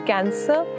Cancer